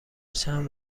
چند